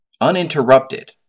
Uninterrupted